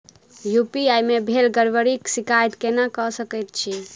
UPI मे भेल गड़बड़ीक शिकायत केना कऽ सकैत छी?